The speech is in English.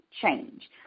change